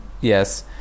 Yes